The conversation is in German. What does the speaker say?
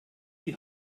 die